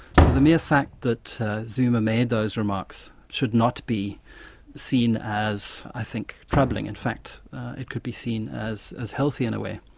so the mere fact that zuma made those remarks should not be seen as i think troubling, in fact it could be seen as as healthy, in a way.